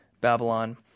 Babylon